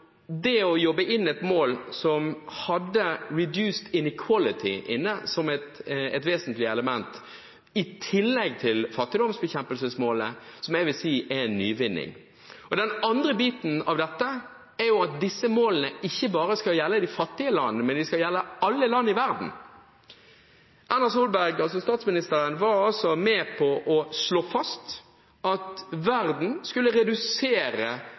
det å jobbe inn et mål som hadde «reduced inequality» inne som et vesentlig element, i tillegg til fattigdomsbekjempelsesmålet, som jeg vil si er en nyvinning. Den andre biten av dette er at disse målene ikke bare skal gjelde de fattige landene, men de skal gjelde alle land i verden. Statsminister Erna Solberg var altså med på å slå fast at verden skulle redusere